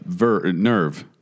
Nerve